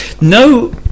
No